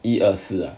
一二四